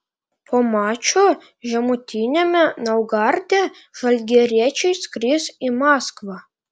po mačo žemutiniame naugarde žalgiriečiai skris į maskvą